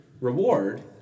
reward